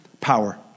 power